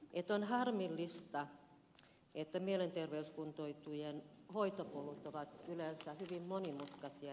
on harmillista että mielenterveyskuntoutujien hoitopolut ovat yleensä hyvin monimutkaisia